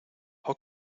how